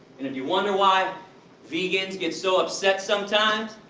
and if you wonder why vegans get so upset sometimes,